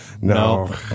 no